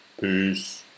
peace